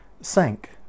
sank